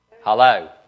Hello